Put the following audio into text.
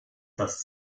das